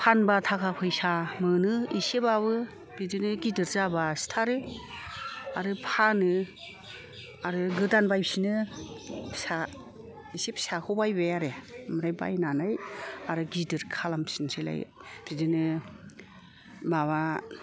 फानबा थाखा फैसा मोनो एसेबाबो बिदिनो गिदिर जाबा सिथारो आरो फानो आरो गोदान बायफिनो फिसा एसे फिसाखौ बायबाय आरो ओमफ्राय बायनानै आरो गिदिर खालामफिनसैलाय बिदिनो माबा